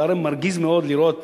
הרי זה מרגיז מאוד לראות